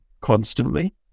constantly